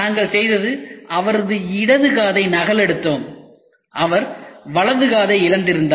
நாங்கள் செய்தது அவரது இடது காதை நகலெடுத்தோம் அவர் வலது காதை இழந்திருந்தார்